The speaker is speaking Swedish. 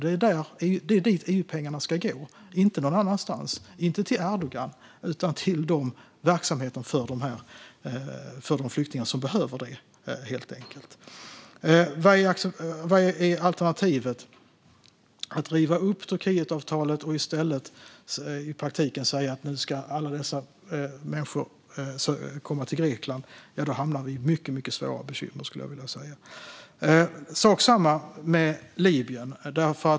Det är dit EU-pengarna ska gå och inte någon annanstans, inte till Erdogan utan till verksamheter för de flyktingar som behöver dem. Vad är alternativet? Om vi river upp Turkietavtalet och i praktiken säger att nu ska alla dessa människor komma till Grekland hamnar vi i mycket svåra bekymmer. Det är sak samma med Libyen.